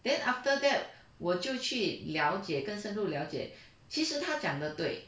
then after that 我就去了解更深入了解其实他讲的对